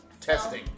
Testing